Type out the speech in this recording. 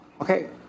Okay